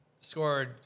scored